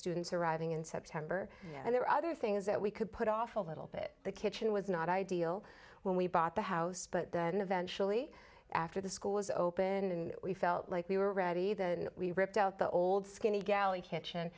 students arriving in september and there were other things that we could put off a little bit the kitchen was not ideal when we bought the house but then eventually after the school was open and we felt like we were ready then we ripped out the old skinny galley kitchen